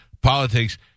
politics